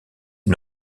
est